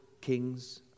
king's